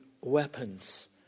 weapons